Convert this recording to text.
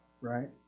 right